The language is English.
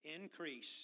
Increase